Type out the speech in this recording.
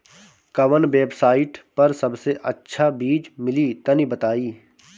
कवन वेबसाइट पर सबसे अच्छा बीज मिली तनि बताई?